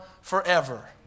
forever